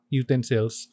utensils